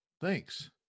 Thanks